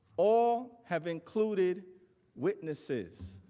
all, have included witnesses.